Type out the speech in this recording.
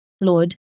Lord